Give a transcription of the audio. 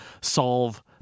solve